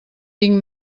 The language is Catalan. tinc